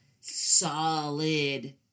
solid